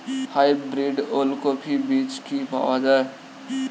Hybrid ওলকফি বীজ কি পাওয়া য়ায়?